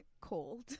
cold